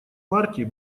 партий